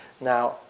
Now